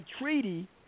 treaty